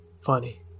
Funny